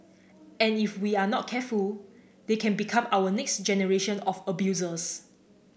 and if we are not careful they can become our next generation of abusers